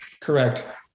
Correct